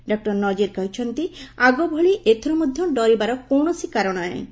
doctor ନଜିର କହିଛନ୍ତି ଆଗଭଳି ଏଥର ମଧ୍ୟ ଡରିବାର କୌଣସି କାରଣ ନାହିଁ